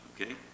okay